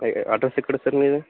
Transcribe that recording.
address ఎక్కడ sir మీది